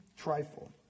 trifle